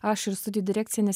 aš ir studijų direkcija nes